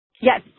Yes